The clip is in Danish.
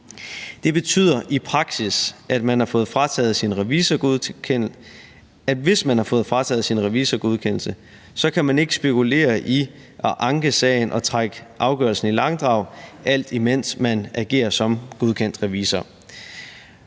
Det betyder i praksis, at hvis man har fået frataget sin revisorgodkendelse, kan man ikke spekulere i at anke sagen og trække afgørelsen i langdrag, alt imens man agerer som godkendt revisor.